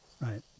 Right